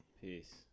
Peace